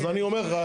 אז אני אומר לך,